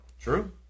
True